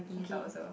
okay